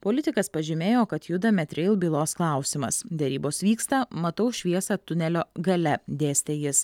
politikas pažymėjo kad juda metreil bylos klausimas derybos vyksta matau šviesą tunelio gale dėstė jis